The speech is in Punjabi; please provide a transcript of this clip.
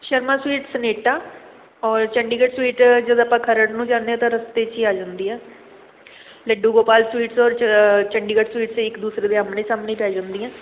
ਸ਼ਰਮਾ ਸਵੀਟਸ ਸਨੇਟਾ ਔਰ ਚੰਡੀਗੜ੍ਹ ਸਵੀਟ ਜਦ ਆਪਾਂ ਖਰੜ ਨੂੰ ਜਾਂਦੇ ਹਾਂ ਤਾਂ ਰਸਤੇ 'ਚ ਹੀ ਆ ਜਾਂਦੀ ਆ ਲੱਡੂ ਗੋਪਾਲ ਸਵੀਟਸ ਔਰ ਚ ਚੰਡੀਗੜ੍ਹ ਸਵੀਟਸ ਇੱਕ ਦੂਸਰੇ ਦੇ ਆਹਮਣੇ ਸਾਹਮਣੇ ਪੈ ਜਾਂਦੀਆਂ